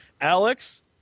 Alex